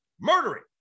Murdering